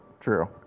true